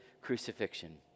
crucifixion